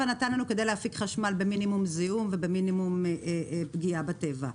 נתן לנו כדי להפיק חשמל במינימום זיהום ובמינימום פגיעה בטבע.